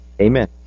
Amen